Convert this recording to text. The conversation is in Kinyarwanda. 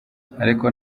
ariko